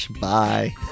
bye